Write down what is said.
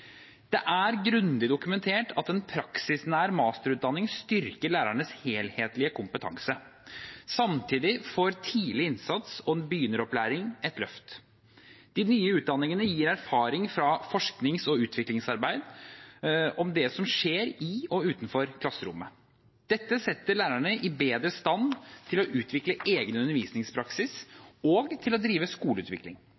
Det er grundig dokumentert at en praksisnær masterutdanning styrker lærernes helhetlige kompetanse. Samtidig får tidlig innsats og begynneropplæring et løft. De nye utdanningene gir erfaring fra forsknings- og utviklingsarbeid om det som skjer i og utenfor klasserommet. Dette setter lærerne i bedre stand til å utvikle egen